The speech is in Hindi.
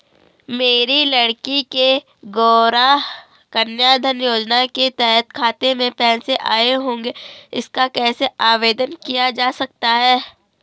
मेरी लड़की के गौंरा कन्याधन योजना के तहत खाते में पैसे आए होंगे इसका कैसे आवेदन किया जा सकता है?